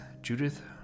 Judith